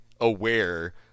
aware